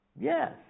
Yes